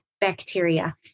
bacteria